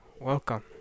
welcome